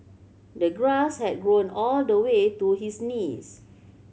the grass had grown all the way to his knees